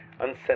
unsent